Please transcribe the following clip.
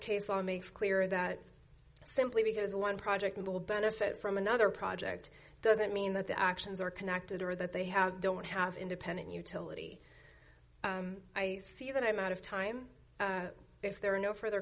case law makes clear that simply because one project will benefit from another project doesn't mean that the actions are connected or that they have don't have independent utility i see that i'm out of time if there are no further